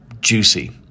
juicy